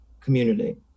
community